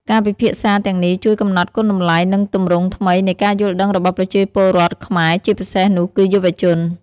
ការពិភាក្សាទាំងនេះជួយកំណត់គុណតម្លៃ និងទម្រង់ថ្មីនៃការយល់ដឹងរបស់ប្រជាពលរដ្ឋខ្មែរ ជាពិសេសនោះគឺយុវជន។